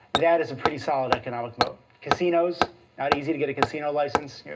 that is a pretty solid economic moat. casinos not easy to get a casino license.